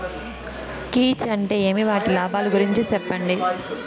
కీచ్ అంటే ఏమి? వాటి లాభాలు గురించి సెప్పండి?